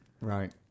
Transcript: Right